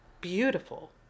beautiful